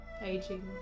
aging